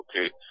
okay